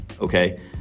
Okay